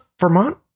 Vermont